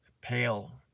pale